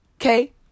Okay